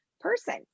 person